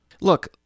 Look